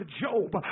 Job